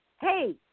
hey